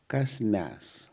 kas mes